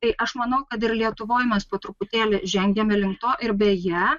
tai aš manau kad ir lietuvoj mes po truputėlį žengiame link to ir beje